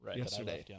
yesterday